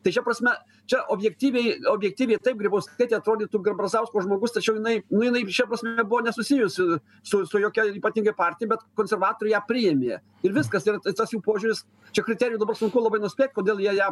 tai šia prasme čia objektyviai objektyviai taip grybauskaitė atrodytų brazausko žmogus tačiau jinai nu jinai šia prasme buvo nesusijusi su su jokia ypatingai partija bet konservatoriai ją priėmė ir viskas ir tas jų požiūris čia kriterijų dabar sunku labai nuspėt kodėl jie ją